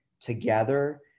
together